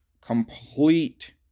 complete